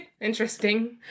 Interesting